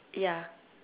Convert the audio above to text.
ya